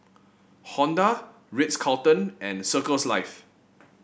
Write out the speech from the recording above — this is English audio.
Honda Ritz Carlton and Circles Life